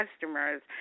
customers